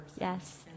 Yes